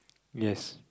yes